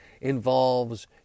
involves